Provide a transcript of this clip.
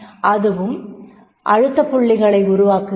அதுவும் அழுத்தப் புள்ளிகளை உருவாக்குகிறது